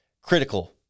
critical